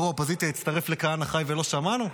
ראש האופוזיציה הצטרף לכהנא חי ולא שמענו?